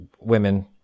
women